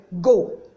Go